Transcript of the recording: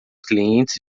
clientes